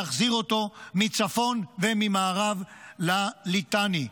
להחזיר אותו מצפון וממערב לליטני.